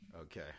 okay